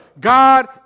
God